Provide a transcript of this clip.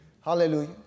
Hallelujah